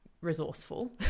resourceful